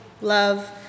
love